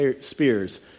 spears